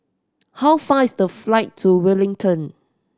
how far is the flight to Wellington